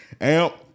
Amp